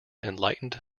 enlightened